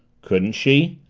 couldn't she?